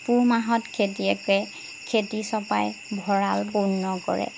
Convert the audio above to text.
পুহ মাহত খেতিয়কে খেতি চপাই ভঁৰাল পূৰ্ণ কৰে